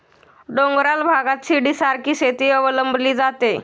डोंगराळ भागात शिडीसारखी शेती अवलंबली जाते